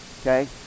Okay